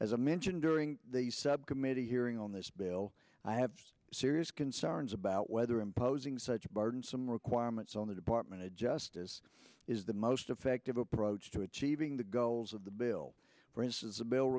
as i mentioned during the subcommittee hearing on this bill i have serious concerns about whether imposing such burdensome requirements on the department of justice is the most defective approach to achieving the goals of the bill for instance a bill